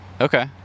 okay